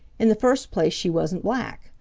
in the first place she wasn't black.